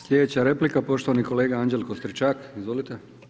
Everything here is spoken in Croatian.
Slijedeća replika, poštovani kolega Anđelko Stričak, izvolite.